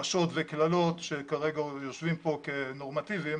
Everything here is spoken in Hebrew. הכפשות וקללות, שכרגע יושבים פה כנורמטיביים,